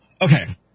Okay